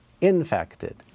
infected